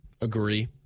Agree